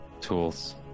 tools